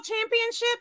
championships